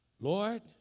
Lord